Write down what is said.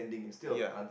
ya